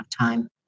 time